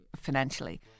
financially